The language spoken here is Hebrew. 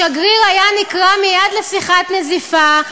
השגריר היה נקרא מייד לשיחת נזיפה,